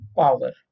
power